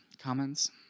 comments